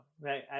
right